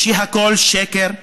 שהכול שקר,